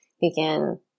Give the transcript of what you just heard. begin